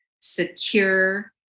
secure